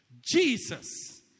Jesus